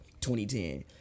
2010